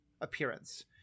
appearance